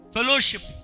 Fellowship